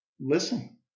listen